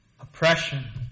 oppression